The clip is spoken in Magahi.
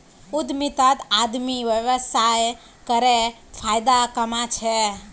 उद्यमितात आदमी व्यवसाय करे फायदा कमा छे